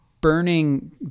burning